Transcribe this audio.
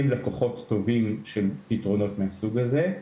הם לקוחות טובים של פתרונות מהסוג הזה.